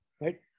right